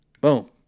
Boom